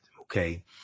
Okay